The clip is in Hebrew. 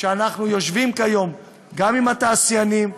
אנחנו יושבים כיום גם עם התעשיינים,